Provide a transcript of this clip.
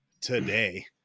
today